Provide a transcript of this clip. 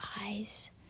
eyes